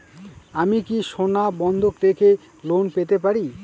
আমি কি সোনা বন্ধক রেখে লোন পেতে পারি?